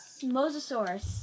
Mosasaurus